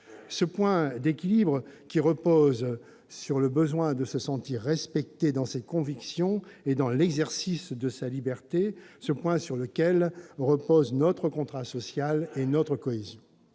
Ce point d'équilibre repose sur le besoin de se sentir respecté dans ses convictions et dans l'exercice de sa liberté, et c'est sur lui que reposent notre contrat social et notre cohésion.